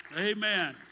Amen